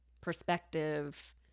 perspective